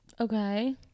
Okay